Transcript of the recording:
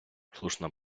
слушна